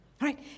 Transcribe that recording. Right